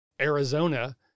Arizona